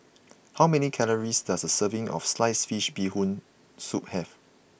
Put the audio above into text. how many calories does a serving of Sliced Fish Bee Hoon Soup have